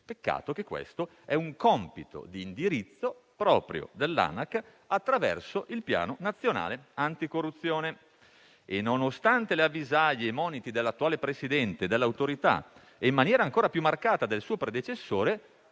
Peccato che questo sia un compito di indirizzo proprio dell'Anac, attraverso il piano nazionale anticorruzione. Nonostante le avvisaglie e i moniti dell'attuale Presidente dell'autorità e, in maniera ancora più marcata, del suo predecessore,